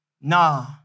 Nah